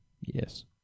Yes